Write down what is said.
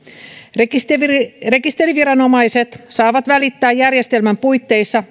rekisteriviranomaiset saavat välittää järjestelmän puitteissa